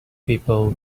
people